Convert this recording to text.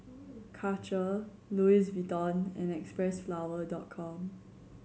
Karcher Louis Vuitton and Xpressflower Dot Com